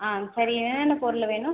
ஆ சரி என்னென்ன பொருள் வேணும்